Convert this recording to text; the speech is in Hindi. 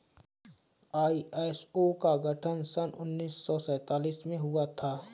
आई.एस.ओ का गठन सन उन्नीस सौ सैंतालीस में हुआ था